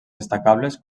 destacables